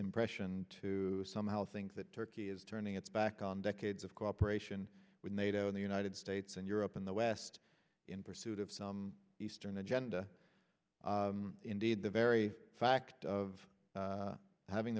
impression to somehow think that turkey is turning its back on decades of cooperation with nato in the united states and europe in the west in pursuit of some eastern agenda indeed the very fact of having